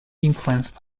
influence